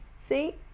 See